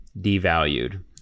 devalued